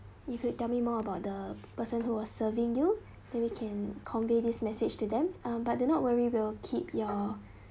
you could tell me more about the person who was serving you may be we can convey this message to them uh but do not worry will keep your